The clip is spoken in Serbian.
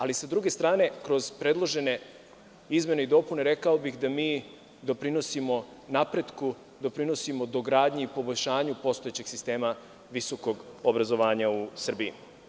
Ali, s druge strane, kroz predložene izmene i dopune, rekao bih da mi doprinosimo napretku, doprinosimo dogradnji i poboljšanju postojećeg sistema visokog obrazovanja u Srbiji.